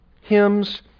hymns